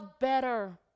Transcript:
better